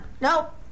nope